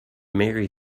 mary